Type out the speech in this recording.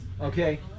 okay